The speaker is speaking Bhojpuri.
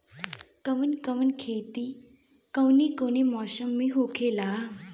कवन कवन खेती कउने कउने मौसम में होखेला?